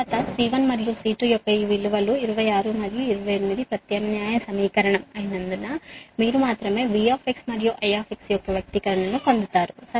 తరువాత C1 మరియు C2 యొక్క ఈ విలువలను 26 మరియు 28 వ సమీకరణం లో ప్రతిక్షేపించడం వలన మీరు మాత్రమే V మరియు I యొక్క వ్యక్తీకరణను పొందుతారు